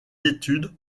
études